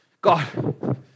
God